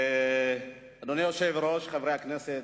אדוני היושב-ראש, חברי הכנסת,